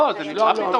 לא, מה פתאום?